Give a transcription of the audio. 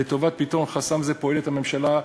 לטובת פתרון חסם זה פועלת הממשלה,